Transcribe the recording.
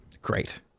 great